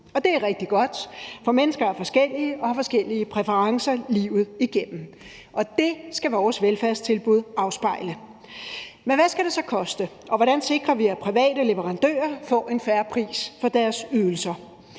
Det er rigtig godt, for mennesker er forskellige og har forskellige præferencer livet igennem – og det skal vores velfærdstilbud afspejle. Men hvad skal det så koste? Og hvordan sikrer vi, at private leverandører får en fair pris for deres ydelser?